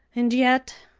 and yet!